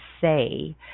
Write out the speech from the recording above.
say